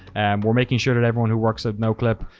we're making sure that everyone who works at noclip,